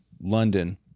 London